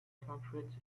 concrete